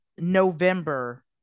November